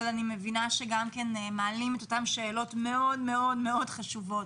אני מבינה שאת מעלה גם את אותן שאלות מאוד מאוד מאוד חשובות.